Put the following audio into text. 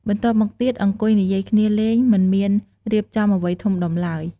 បន្ទាប់មកទៀតអង្គុយនិយាយគ្នាលេង មិនមានរៀបចំអ្វីធំដុំឡើយ។